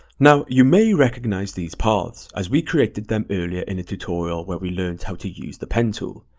now, you may recognize these paths, as we created them earlier in a tutorial where we learned how to use the pen tool.